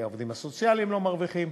והעובדים הסוציאליים לא מרוויחים.